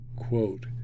Quote